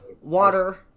water